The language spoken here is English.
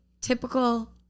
typical